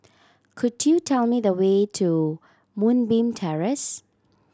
could you tell me the way to Moonbeam Terrace